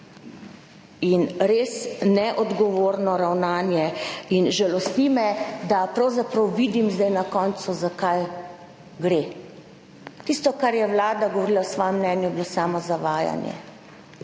In res neodgovorno ravnanje in žalosti me, da pravzaprav vidim zdaj na koncu za kaj gre. Tisto kar je Vlada govorila o svojem mnenju je bilo samo zavajanje,